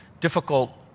difficult